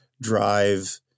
drive